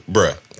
Bruh